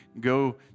go